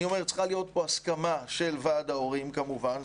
אני אומר שצריכה להיות פה הסכמה של ועד ההורים כמובן,